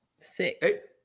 Six